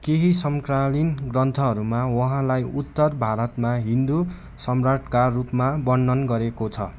केही समकालीन ग्रन्थहरूमा उहाँलाई उत्तर भारतमा हिन्दू सम्राटका रूपमा वर्णन गरेको छ